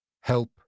Help